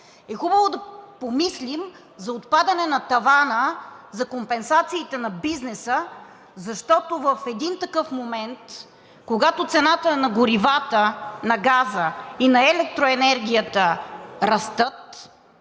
е хубаво да помислим за отпадане на тавана за компенсациите на бизнеса, защото в един такъв момент, когато цените на горивата, на газа и на електроенергията растат